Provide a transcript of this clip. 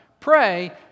Pray